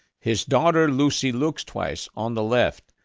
his daughter lucy looks twice, on the left,